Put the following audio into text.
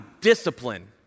discipline